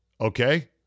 okay